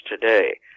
today